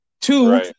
Two